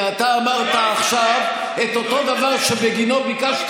רגע, השר אמסלם, רגע אחד.